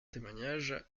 témoignages